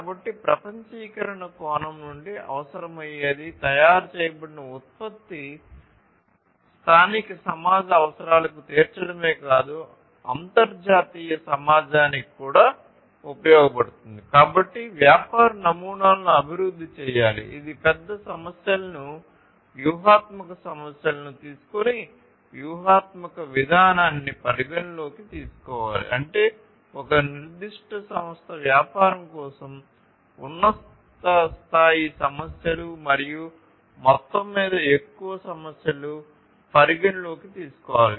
కాబట్టి ప్రపంచీకరణ కోణం నుండి అవసరమయ్యేది తయారు చేయబడిన ఉత్పత్తి స్థానిక సమాజ అవసరాలను తీర్చడమే కాదు అంతర్జాతీయ సమాజానికి కూడా ఉపయోగపడుతుంది కాబట్టి వ్యాపార నమూనాలను అభివృద్ధి చేయాలి ఇది పెద్ద సమస్యలను వ్యూహాత్మక సమస్యలను పరిగణనలోకి తీసుకోవాలి అంటే ఒక నిర్దిష్ట సంస్థ వ్యాపారం కోసం ఉన్నత స్థాయి సమస్యలు మరియు మొత్తంమీద ఎక్కువ సమస్యలు పరిగణనలోకి తీసుకోవాలి